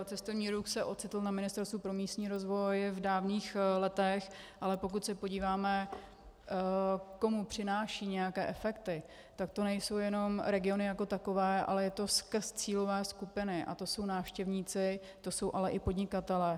Cestovní ruch se ocitl na Ministerstvu pro místní rozvoj v dávných letech, ale pokud se podíváme, komu přináší nějaké efekty, tak to nejsou jenom regiony jako takové, ale je to skrz cílové skupiny, a to jsou návštěvníci, to jsou ale i podnikatelé.